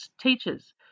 teachers